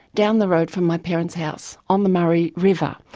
down the road from my parents' house, on the murray river.